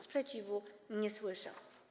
Sprzeciwu nie słyszę.